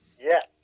Yes